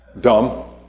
dumb